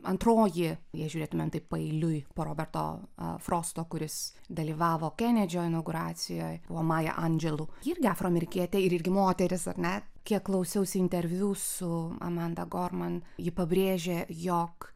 antroji jei žiūrėtume paeiliui po roberto frosto kuris dalyvavo kenedžio inauguracijoj buvo maja andželu irgi afroamerikietė ir irgi moteris ar ne kiek klausiausi interviu su amanda gorman ji pabrėžė jog